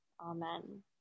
Amen